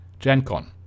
Gencon